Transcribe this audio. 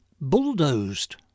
bulldozed